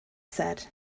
said